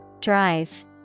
Drive